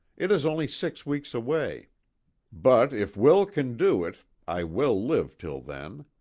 it is only six weeks away but if will can do it i will live till then.